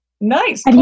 Nice